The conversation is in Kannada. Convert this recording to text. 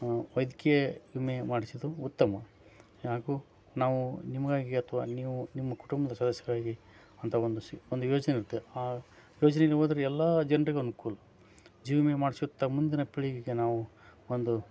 ವೈದ್ಯಕೀಯ ವಿಮೆ ಮಾಡಿಸಿದ್ದು ಉತ್ತಮ ಯಾಕೋ ನಾವು ನಿಮಗಾಗಿ ಅಥ್ವಾ ನೀವು ನಿಮ್ಮ ಕುಟುಂಬದ ಸದಸ್ಯರಾಗಿ ಅಂಥ ಒಂದು ಸ ಒಂದು ಯೋಜನೆ ಇರುತ್ತೆ ಆ ಯೋಜನೆನ ಹೋದ್ರೆ ಎಲ್ಲ ಜನರಿಗು ಅನ್ಕೂಲ ಜೀವ ವಿಮೆ ಮಾಡಿಸುತ್ತ ಮುಂದಿನ ಪೀಳಿಗೆಗೆ ನಾವು ಒಂದು